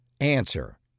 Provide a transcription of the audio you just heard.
answer